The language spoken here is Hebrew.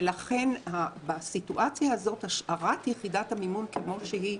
לכן בסיטואציה הזאת השארת יחידת המימון כפי שהיא,